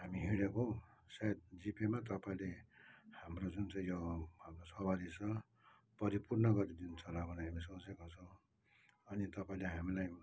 हामी हिँडेको सायद जिपेमा तपाईँले हाम्रो जुन चाहिँ यो सवारी छ परिपूर्ण गरिदिनुहुन्छ होला भन्ने सोचेको छौँ अनि तपाईँले हामीलाई